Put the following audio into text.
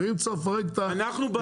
ואם צריך לפרק את הזה, נפרק.